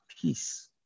peace